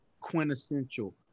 quintessential